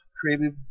created